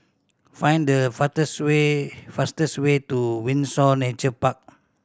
find the faster way fastest way to Windsor Nature Park